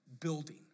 building